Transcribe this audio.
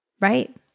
right